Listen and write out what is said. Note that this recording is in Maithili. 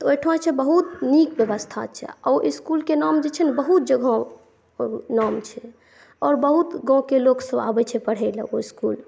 तऽ ओहिठाम जे छै बहुत नीक व्यवस्था छै आओर ओ इसकुलके नाम जे छै ने बहुत जगह नाम छै आओर बहुत गाँवके लोकसभ आबै छै पढ़ै लए ओ इसकुल